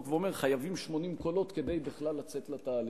ואומר: חייבים 80 קולות כדי בכלל לצאת לתהליך.